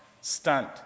stunt